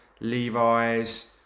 Levi's